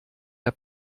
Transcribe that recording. der